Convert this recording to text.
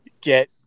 get